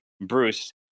Bruce